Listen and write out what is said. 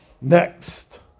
next